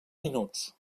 minuts